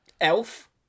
Elf